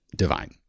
Divine